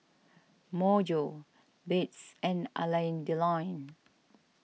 Myojo Beats and Alain Delon